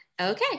Okay